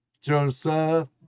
Joseph